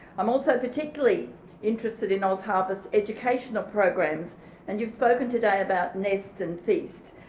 i'm also particularly interested in ozharvest's educational programs and you've spoken today about nest and feast.